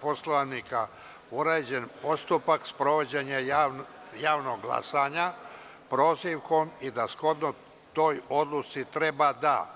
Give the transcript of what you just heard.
Poslovnika urađen postupak sprovođenja javnog glasanja – prozivkom i da shodno toj odredbi treba da: